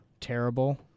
Terrible